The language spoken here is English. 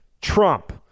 Trump